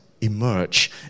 emerge